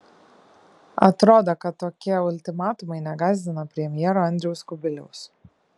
atrodo kad tokie ultimatumai negąsdina premjero andriaus kubiliaus